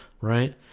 right